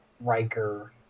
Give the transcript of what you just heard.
Riker